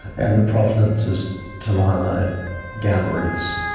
and the provenance is tolarno galleries.